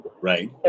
right